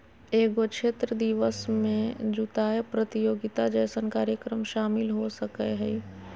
एगो क्षेत्र दिवस में जुताय प्रतियोगिता जैसन कार्यक्रम शामिल हो सकय हइ